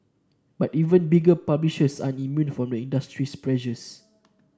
but even bigger publishers are immune from the industry's pressures